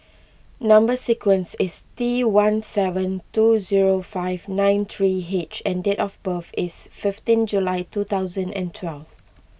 Number Sequence is T one seven two zero five nine three H and date of birth is fifteen July two thousand and twelve